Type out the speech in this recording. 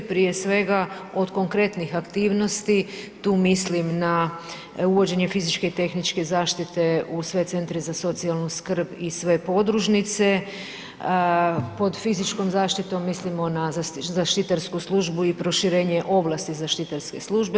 Prije svega, od konkretnih aktivnosti, tu mislim na uvođenje fizičke i tehničke zaštite u sve centre za socijalnu skrb i sve podružnice, pod fizičkom zaštitom mislimo na zaštitarsku službu i proširenje ovlasti zaštitarske službe.